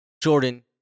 Jordan